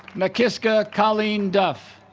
nakiska colleen duff